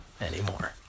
anymore